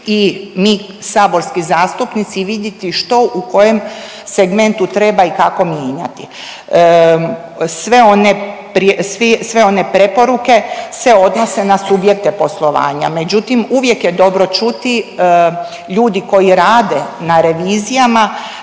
i mi saborski zastupnici i viditi što u kojem segmentu treba i kako mijenjati. Sve one preporuke se odnose na subjekte poslovanja, međutim uvijek je dobro čuti, ljudi koji rade na revizijama